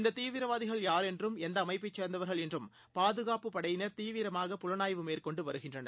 இந்ததீவிரவாதிகள் யார் என்றும் எந்தஅமைப்பைச் சேர்ந்தவர்கள் என்றும் பாதுகாப்புப்படையினர் தீவிரமாக புலனாய்வு மேற்கொண்டுவருகின்றனர்